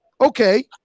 Okay